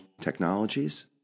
technologies